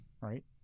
right